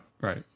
Right